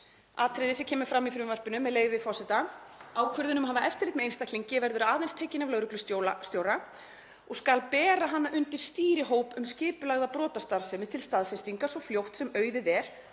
atriði sem kemur fram í frumvarpinu, með leyfi forseta: „Ákvörðun um að hafa eftirlit með einstaklingi verður aðeins tekin af lögreglustjóra og skal bera hana undir stýrihóp um skipulagða brotastarfsemi til staðfestingar svo fljótt sem auðið er